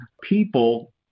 people